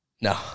No